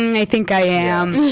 i think i am.